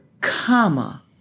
comma